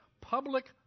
public